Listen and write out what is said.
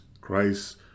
Christ